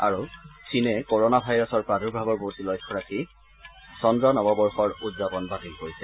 আৰু চীনে কৰনা ভাইৰাছৰ প্ৰাদুৰ্ভাৱৰ প্ৰতি লক্ষ্য ৰাখি চন্দ্ৰ নৱবৰ্ষৰ উদযাপন বাতিল কৰিছে